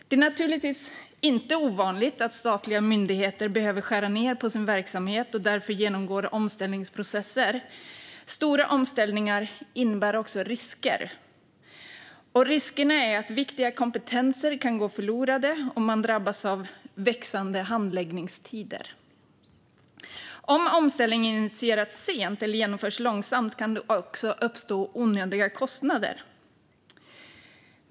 Det är naturligtvis inte ovanligt att statliga myndigheter behöver skära ned på sin verksamhet och därför genomgår omställningsprocesser. Stora omställningar innebär också risker. Risken är att viktiga kompetenser kan gå förlorade om man drabbas av växande handläggningstider. Om omställningen initieras sent eller genomförs långsamt kan det också uppstå onödiga kostnader.